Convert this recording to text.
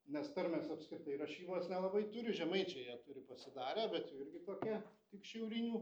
nes tarmės apskritai rašybos nelabai turi žemaičiai ją turi pasidarę bet jų irgi tokia tik šiaurinių